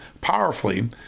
powerfully